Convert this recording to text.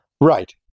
Right